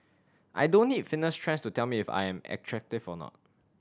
I don't need fitness trends to tell me if I am attractive or not